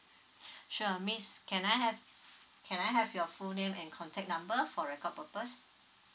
sure miss can I have can I have your full name and contact number for record purpose